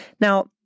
Now